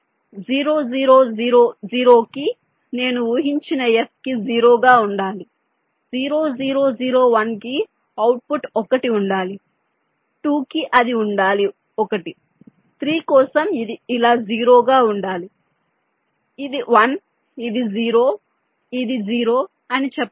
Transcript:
0 0 0 0 కి నేను ఊహించిన F కి 0 గా ఉండాలి 0 0 0 1 కి అవుట్పుట్ 1 ఉండాలి 2 కి అది ఉండాలి 1 3 కోసం ఇది ఇలా 0 గా ఉండాలి ఇది 1 ఇది 0 ఇది 0 అని చెప్పండి